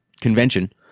convention